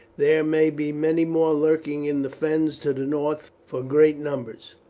there may be many more lurking in the fens to the north, for great numbers,